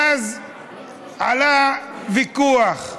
ואז עלה ויכוח,